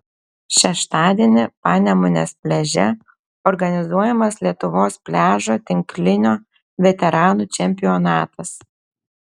šeštadienį panemunės pliaže organizuojamas lietuvos pliažo tinklinio veteranų čempionatas